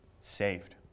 saved